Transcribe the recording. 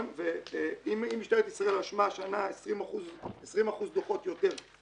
אם משטרת ישראל רשמה השנה 20% דוחות יותר,